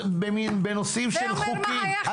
בנושאים של חוקים.